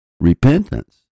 Repentance